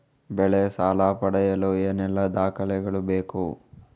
ಬೆಳೆ ಸಾಲ ಪಡೆಯಲು ಏನೆಲ್ಲಾ ದಾಖಲೆಗಳು ಬೇಕು?